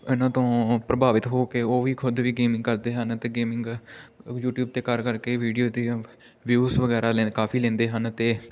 ਇਹਨਾਂ ਤੋਂ ਪ੍ਰਭਾਵਿਤ ਹੋ ਕੇ ਉਹ ਵੀ ਖੁਦ ਵੀ ਗੇਮਿੰਗ ਕਰਦੇ ਹਨ ਅਤੇ ਗੇਮਿੰਗ ਯੂਟਿਊਬ 'ਤੇ ਕਰ ਕਰਕੇ ਵੀਡੀਓ ਦੀਆਂ ਵਿਊਜ ਵਗੈਰਾ ਲੈਣ ਕਾਫੀ ਲੈਂਦੇ ਹਨ ਅਤੇ